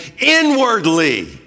inwardly